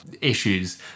issues